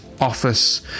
office